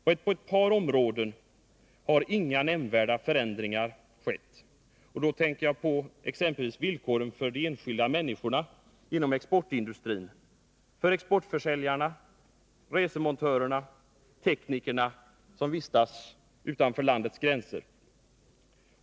Men på ett par områden har inga nämnvärda förändringar skett. Då tänker jag på exempelvis villkoren för de enskilda människorna inom exportindustrin — för exportförsäljare, resemontörer, tekniker — som vistas utanför landets gränser.